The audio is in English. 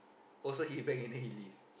oh so he bang and then he leave